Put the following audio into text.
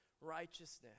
righteousness